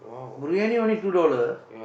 biryani only two dollars